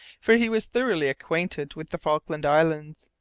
for he was thoroughly acquainted with the falkland islands.